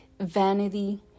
vanity